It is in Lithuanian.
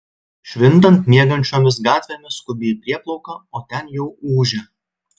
švintant miegančiomis gatvėmis skubi į prieplauką o ten jau ūžia